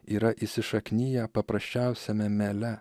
yra įsišakniję paprasčiausiame mele